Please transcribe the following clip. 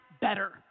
better